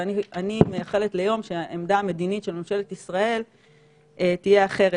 ואני מאחלת ליום שהעמדה המדינית של ממשלת ישראל תהיה אחרת